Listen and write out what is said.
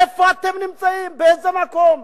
איפה אתם נמצאים, באיזה מקום?